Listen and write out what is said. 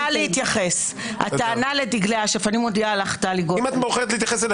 אני רוצה להתייחס, היא לא מאפשרת.